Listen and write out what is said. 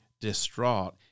distraught